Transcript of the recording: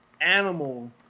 Animal